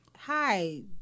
Hi